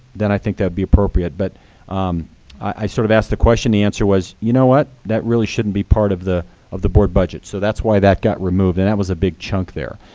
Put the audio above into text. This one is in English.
then i think that would be appropriate. but i sort of asked the question. the answer was, you know what, that really shouldn't be part of the of the board budget. so that's why that got removed. and that was a big chunk there.